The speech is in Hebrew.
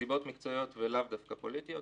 מסיבות מקצועיות ולאו דווקא פוליטיות.